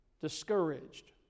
discouraged